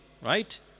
right